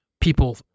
people